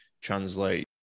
translate